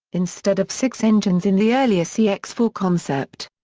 instead of six engines in the earlier cx four concept.